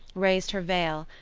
raised her veil,